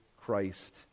Christ